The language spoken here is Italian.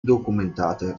documentate